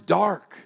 dark